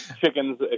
chickens